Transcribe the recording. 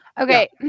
Okay